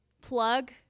plug